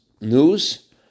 news